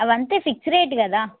అవి అంతే fix rate కదా